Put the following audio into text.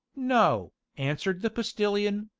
no, answered the postilion,